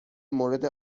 مورد